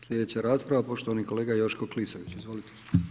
Sljedeća rasprava poštovani kolega Joško Klisović, izvolite.